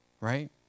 Right